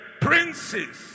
princes